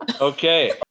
Okay